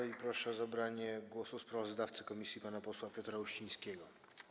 I proszę o zabranie głosu sprawozdawcę komisji pana posła Piotra Uścińskiego.